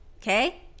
okay